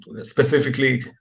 specifically